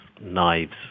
knives